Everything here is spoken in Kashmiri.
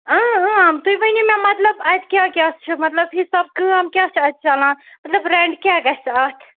اۭں اۭں تُہۍ ؤنِو مےٚ مطلب اَتہِ کیٛاہ کیٛاہ چھِ مطلب حِساب کٲم کیٛاہ چھِ اَتہِ چَلان مطلب رٮ۪نٛٹ کیٛاہ گَژھِ اَتھ